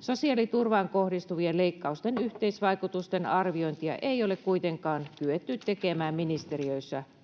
Sosiaaliturvaan kohdistuvien leikkausten yhteisvaikutusten arviointia ei ole kuitenkaan kyetty tekemään ministeriöissä